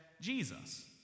Jesus